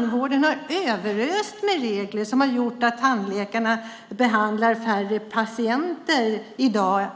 Den har överrösts med regler som har gjort att tandläkarna behandlar färre patienter i dag.